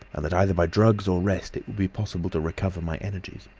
and that either by drugs or rest it would be possible to recover my energies.